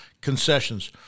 concessions